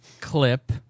clip